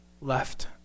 left